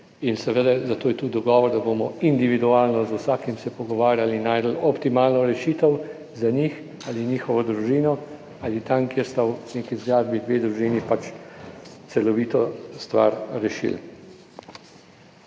in seveda zato je tudi dogovor, da bomo individualno z vsakim se pogovarjali in našli optimalno rešitev za njih ali njihovo družino ali tam, kjer sta v neki zgradbi dve družini, pač celovito stvar rešili.